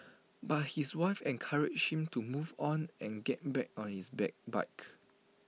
but his wife encouraged him to move on and get back on his bike